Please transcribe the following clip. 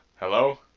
Hello